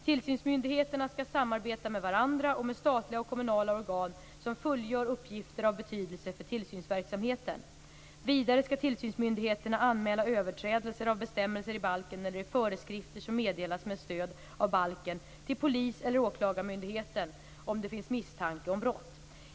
Tillsynsmyndigheterna skall samarbeta med varandra och med statliga och kommunala organ som fullgör uppgifter av betydelse för tillsynsverksamheten. Vidare skall tillsynsmyndigheterna anmäla överträdelser av bestämmelser i balken eller i föreskrifter som meddelats med stöd av balken till polis eller åklagarmyndigheten, om det finns misstanke om brott.